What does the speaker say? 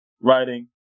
writing